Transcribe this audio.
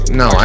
no